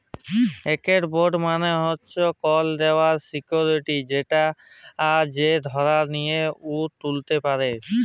ইকট বল্ড মালে হছে কল দেলার সিক্যুরিটি যেট যে ধার লিছে উ তুলতে পারে